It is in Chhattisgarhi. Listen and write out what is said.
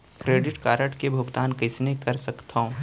क्रेडिट कारड के भुगतान कईसने कर सकथो?